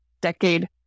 decade